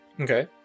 Okay